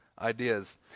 ideas